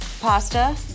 Pasta